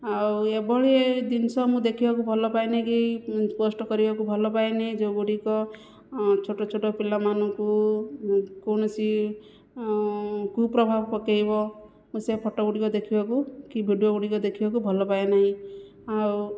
ଆଉ ଏଭଳି ଏ ଜିନିଷ ମୁଁ ଦେଖିବାକୁ ଭଲପାଏ ନାହିଁ କି ପୋଷ୍ଟ କରିବାକୁ ଭଲପାଏ ନାହିଁ ଯେଉଁଗୁଡ଼ିକ ଛୋଟ ଛୋଟ ପିଲାମାନଙ୍କୁ କୌଣସି କୁପ୍ରଭାବ ପକାଇବ ମୁଁ ସେ ଫଟୋଗୁଡ଼ିକ ଦେଖିବାକୁ କି ଭିଡ଼ିଓଗୁଡ଼ିକ ଦେଖିବାକୁ ଭଲପାଏ ନାହିଁ ଆଉ